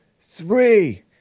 three